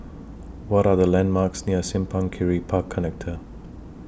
What Are The landmarks near Simpang Kiri Park Connector